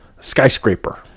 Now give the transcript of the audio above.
Skyscraper